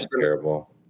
terrible